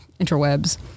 interwebs